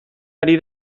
ari